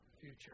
future